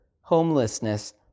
homelessness